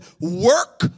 work